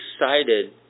excited